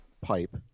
pipe